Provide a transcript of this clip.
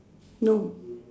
no